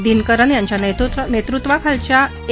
दिनकरन यांच्या नेतृत्वाखालच्या ए